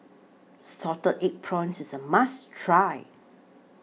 Salted Egg Prawns IS A must Try